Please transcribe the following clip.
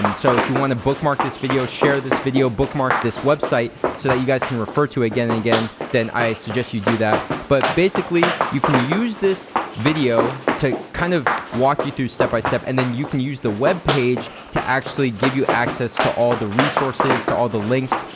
um so if you wanna bookmark this video, share this video, bookmark this website so that you guys can refer to it again and again, then i suggest you do that but basically, you can use this video to kind of walk you through step by step and then you can use the webpage to actually give you access to all the resources, to all the links,